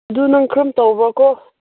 ꯑꯗꯨ ꯅꯪ ꯀꯔꯝ ꯇꯧꯕ꯭ꯔꯥꯀꯣ